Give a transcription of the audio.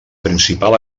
principal